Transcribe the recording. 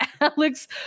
alex